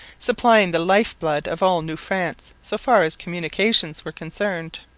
supplying the life-blood of all new france so far as communications were concerned.